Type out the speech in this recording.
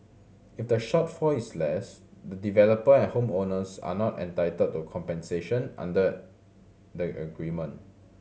if the shortfall is less the developer and home owners are not entitled to compensation under the agreement